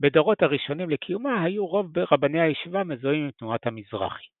בדורות הראשונים לקיומה היו רוב רבני הישיבה מזוהים עם תנועת המזרחי.